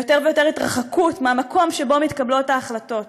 ויותר התרחקות מהמקום שבו מתקבלות ההחלטות.